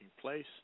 place